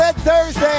Thursday